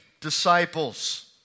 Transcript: disciples